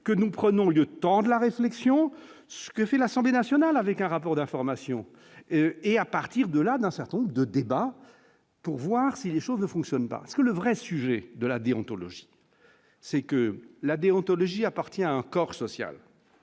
que nous prenons le temps de la réflexion ce que fait l'Assemblée nationale, avec un rapport d'information et, à partir de là, d'un certain nombre de débats pour voir si les choses ne fonctionnent pas, parce que le vrai sujet de la déontologie, c'est que la déontologie appartient corps social